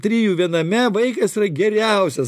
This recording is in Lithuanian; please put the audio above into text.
trijų viename vaikas yra geriausias